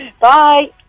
Bye